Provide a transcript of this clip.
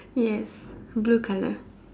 yes blue colour